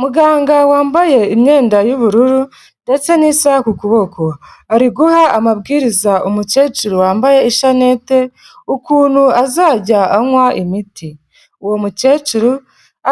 Muganga wambaye imyenda y'ubururu ndetse n'isaha ku kuboko, ari guha amabwiriza umukecuru wambaye ishanete ukuntu azajya anywa imiti, uwo mukecuru